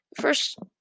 First